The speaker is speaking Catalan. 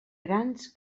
grans